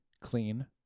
clean